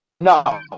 No